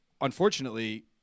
Unfortunately